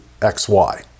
XY